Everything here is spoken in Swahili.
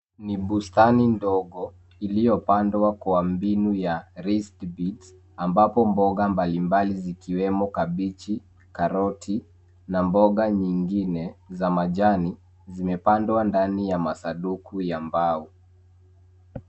Ni bustani ndogo iliyopandwa kwa mbinu ya raised beads ambapo mboga mbalimbali zikiwemo kabichi, karoti na mboga nyingine za majani zimepandwa ndani ya masanduku ya mbao.